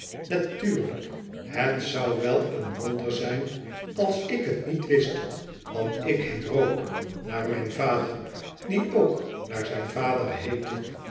natuurlijk het zou wel een wonder zijn als ik het niet wist want ik heet rogue naar mijn vader die ook naar zijn vader heette